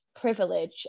privilege